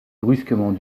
brusquement